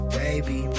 baby